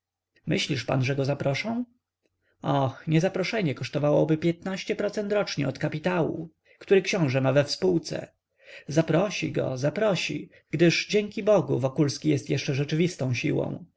myślisz pan że go zaproszą o nie zaproszenie kosztowało go piętnaście procent rocznie od kapitału który książe ma we współce zaprosi go zaprosi gdyż dzięki bogu wokulski jest jeszcze rzeczywistą siłą